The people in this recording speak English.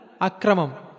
Akramam